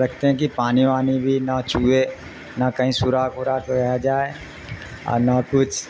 رکھتے ہیں کہ پانی وانی بھی نہ چھوئے نہ کہیں سورااک وورا تو رہ جائے اور نہ کچھ